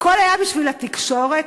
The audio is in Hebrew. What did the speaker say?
הכול היה בשביל התקשורת?